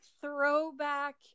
throwback